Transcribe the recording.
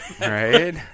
Right